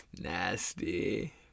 nasty